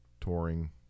touring